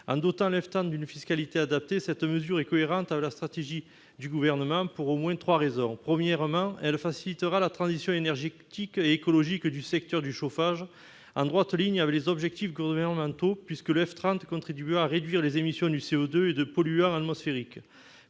En dotant le F30 d'une fiscalité adaptée, cette mesure est cohérente avec la stratégie du Gouvernement, pour au moins trois raisons. Premièrement, elle facilitera la transition énergétique et écologique du secteur du chauffage, en droite ligne avec les objectifs gouvernementaux, puisque le F30 contribuera à réduire les émissions de CO2 et de polluants atmosphériques.